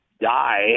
die